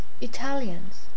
Italians